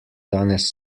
danes